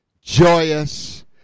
joyous